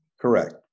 Correct